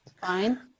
Fine